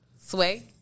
Sway